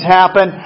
happen